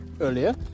earlier